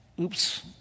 Oops